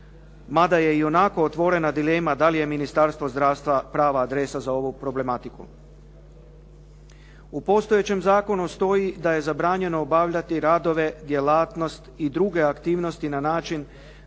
Mada je ionako otvorena dilema da li je Ministarstvo zdravstva prava adresa za ovu problematiku. U postojećem zakonu stoji da je zabranjeno obavljati radove, djelatnost i druge aktivnosti na način